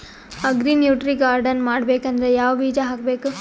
Agri nutri garden ಮಾಡಬೇಕಂದ್ರ ಯಾವ ಬೀಜ ಹಾಕಬೇಕು?